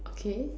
okay